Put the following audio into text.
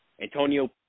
Antonio